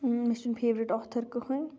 مےٚ چھُ نہٕ فیورِٹ اوتھر کِہینۍ